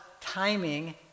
timing